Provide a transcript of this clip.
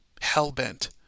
Hell-bent